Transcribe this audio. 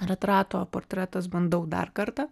retrato portretas bandau dar kartą